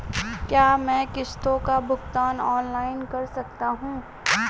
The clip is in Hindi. क्या मैं किश्तों का भुगतान ऑनलाइन कर सकता हूँ?